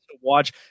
watch